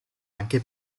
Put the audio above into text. anche